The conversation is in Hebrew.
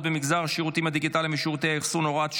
במגזר השירותים הדיגיטליים ושירותי האחסון (הוראת שעה,